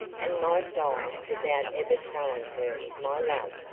and might die without ever telling her my love!